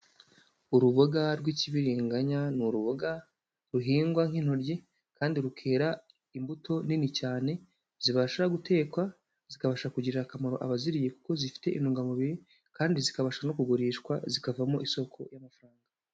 Uruboga rw'ikibiringanya ni uruboga ruhingwa nk'intoryi kandi rukera imbuto nini cyane zibasha gutekwa, zikabasha kugirira akamaro abaziriye kuko zifite intungamubiri kandi zikabasha no kugurishwa zikavamo isoko y'amafaranga.